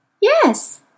Yes